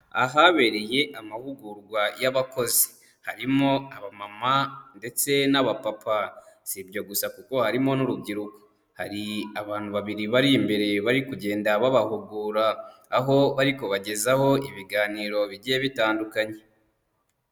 Ahabereye amahugurwa y'abakozi harimo abamama ndetse n'abapapa, si ibyo gusa kuko harimo n'urubyiruko, hari abantu babiri bari imbere bari kugenda babahugura aho bari kubagezaho ibiganiro bigiye bitandukanye.